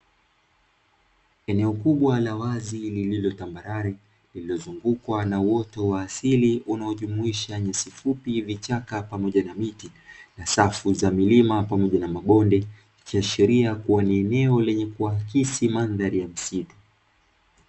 Eneo kubwa la wazi lililo tambarare lililozungukwa na uoto wa asili unaojumuisha nyasi fupi, vichaka pamoja na miti na safu za milima pamoja na mabonde, ikiashiria kuwa ni eneo lenye kuakisi mandhari ya msitu.